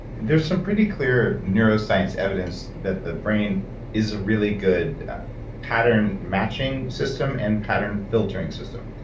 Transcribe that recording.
there's some pretty clear neuroscience evidence that the brain is a really good pattern matching system and pattern filtering system.